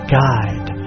guide